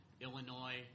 Illinois